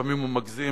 שלפעמים הוא מגזים,